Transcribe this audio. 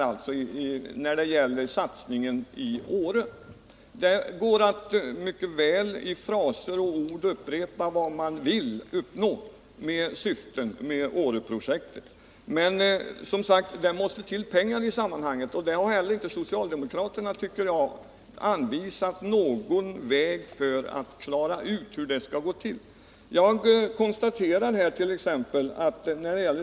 Det är lätt att i ord och fraser skildra vilka syften man vill uppnå med Åreprojektet, men det måste till pengar i sammanhanget, och socialdemokraterna har inte anvisat någon väg för det.